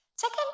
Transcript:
Second